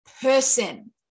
person